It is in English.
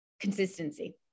Consistency